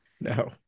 No